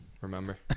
Remember